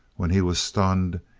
when he was stunned,